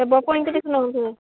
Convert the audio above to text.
ଦେବ ପଇଁତିରିଶ ନଉଥିବେ